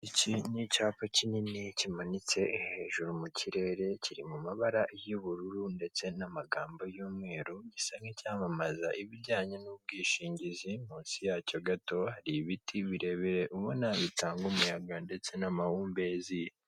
Iki ni cyapa kinini kimanitse hejuru mu kirere, kiri mu mabara y'ubururu ndetse n'amagambo y'umweru, gisa nk'icyamamaza ibijyanye n'ubwishingizi, munsi yacyo gato hari ibiti birebire ubona bitanga umuyaga ndetse n'amahumbezi.